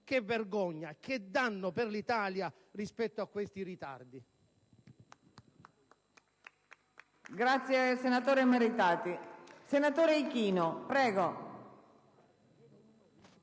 Che vergogna! Che danno per l'Italia per questi ritardi!